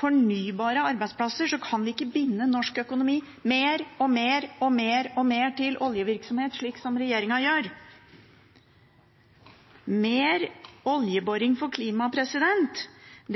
fornybare arbeidsplasser, kan vi ikke binde norsk økonomi mer og mer og mer fast til oljevirksomheten, slik regjeringen gjør. Mer oljeboring for klimaet